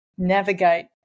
navigate